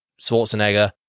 Schwarzenegger